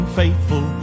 faithful